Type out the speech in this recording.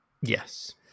Yes